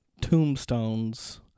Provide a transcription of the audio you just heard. tombstones